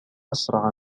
أسرع